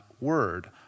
word